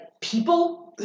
people